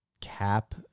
cap